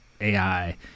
AI